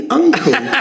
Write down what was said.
uncle